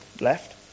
left